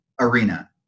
arena